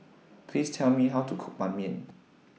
Please Tell Me How to Cook Ban Mian